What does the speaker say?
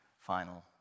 final